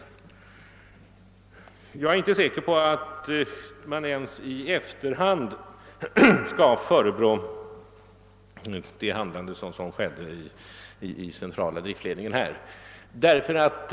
Jag är emellertid inte säker på att man ens i efterhand kan förebrå vederbörande i centrala driftsledningen att detta inte skedde.